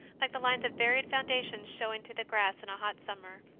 like the lines of buried founda tions showing through the grass in a hot summer.